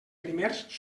primers